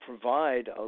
provide